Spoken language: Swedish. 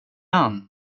han